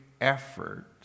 effort